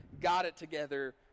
got-it-together